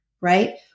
right